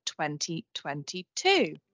2022